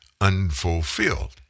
unfulfilled